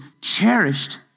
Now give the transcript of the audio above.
cherished